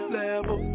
level